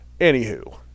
Anywho